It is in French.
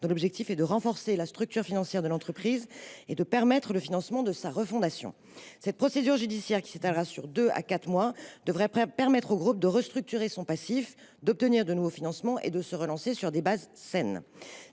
Son objectif est de renforcer la structure financière de l’entreprise et de permettre le financement de sa refondation. Cette procédure judiciaire, qui prendra entre deux et quatre mois, devrait permettre au groupe de restructurer son passif, d’obtenir de nouveaux financements et de se relancer sur des bases saines.